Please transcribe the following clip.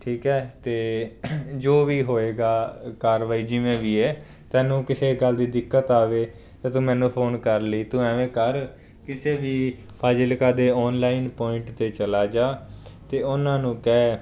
ਠੀਕ ਹੈ ਤਾਂ ਜੋ ਵੀ ਹੋਵੇਗਾ ਕਾਰਵਾਈ ਜਿਵੇਂ ਵੀ ਹੈ ਤੈਨੂੰ ਕਿਸੇ ਗੱਲ ਦੀ ਦਿੱਕਤ ਆਵੇ ਤਾਂ ਤੂੰ ਮੈਨੂੰ ਫੋਨ ਕਰ ਲਈਂ ਤੂੰ ਇਵੇਂ ਕਰ ਕਿਸੇ ਵੀ ਫ਼ਾਜ਼ਿਲਕਾ ਦੇ ਆਨਲਾਈਨ ਪੁਆਇੰਟ 'ਤੇ ਚਲਾ ਜਾ ਅਤੇ ਉਹਨਾਂ ਨੂੰ ਕਹਿ